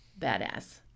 badass